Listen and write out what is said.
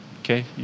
Okay